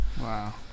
Wow